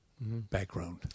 background